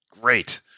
Great